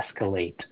escalate